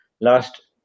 last